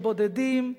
בבודדים.